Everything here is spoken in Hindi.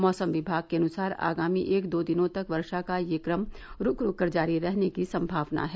मौसम विभाग के अनुसार आगामी एक दो दिनों तक वर्षा का क्रम रूक रूक कर जारी रहने की सम्भावना है